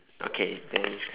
okay then